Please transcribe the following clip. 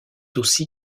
aussi